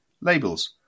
labels